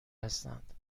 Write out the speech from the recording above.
هستند